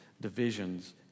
divisions